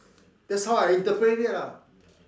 that's how I interpret it lah